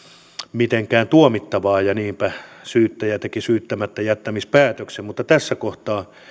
mitenkään tuomittavaa ja niinpä syyttäjä teki syyttämättäjättämispäätöksen mutta tässä kohtaa